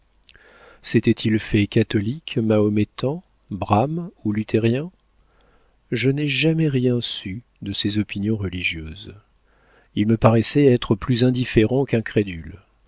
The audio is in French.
fait catholique mahométan brahme ou luthérien je n'ai jamais rien su de ses opinions religieuses il me paraissait être plus indifférent qu'incrédule